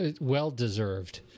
well-deserved